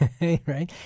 Right